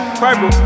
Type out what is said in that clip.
purple